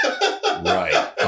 right